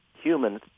human